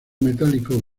metálico